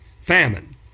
famine